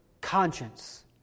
conscience